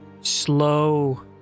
slow